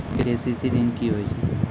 KCC ॠन की होय छै?